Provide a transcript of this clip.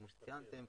כמו שציינתם,